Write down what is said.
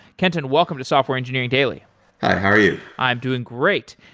kenton, welcome to software engineering daily hi. you? i'm doing great,